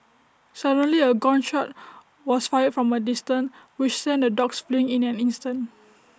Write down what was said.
suddenly A gun shot was fired from A distance which sent the dogs fleeing in an instant